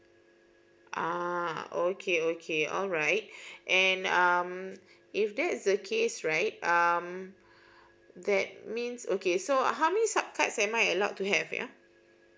uh okay okay alright and um if that is the case right um that means okay so how many sub card am I allowed to have ya